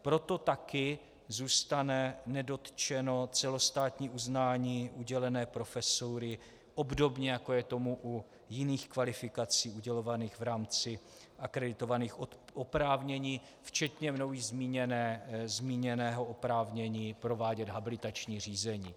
Proto taky zůstane nedotčeno celostátní uznání udělené profesury, obdobně jako je tomu u jiných kvalifikací udělovaných v rámci akreditovaných oprávnění včetně mnou zmíněného oprávnění provádět habilitační řízení.